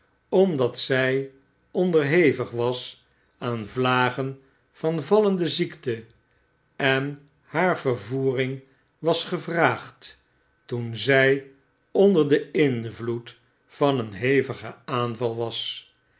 omdat zij onderhevig was aan vlagen van vallende ziekte en haar vervoering was gevraagd toen zy onder den invloed van een hevigen aanval was